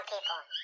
people